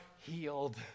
healed